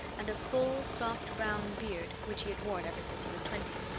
and a full, soft brown beard which he had worn ever since he was twenty.